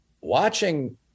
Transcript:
watching